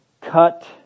cut